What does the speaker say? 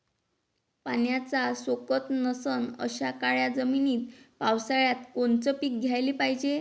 पाण्याचा सोकत नसन अशा काळ्या जमिनीत पावसाळ्यात कोनचं पीक घ्याले पायजे?